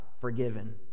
forgiven